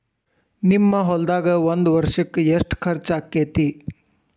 ನಿಮ್ಮ ಹೊಲ್ದಾಗ ಒಂದ್ ವರ್ಷಕ್ಕ ಎಷ್ಟ ಖರ್ಚ್ ಆಕ್ಕೆತಿ?